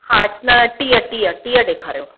हा न टीह टीह टीह ॾेखारियो